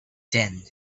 then